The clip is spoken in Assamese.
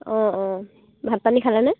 অঁ অঁ ভাত পানী খালেনে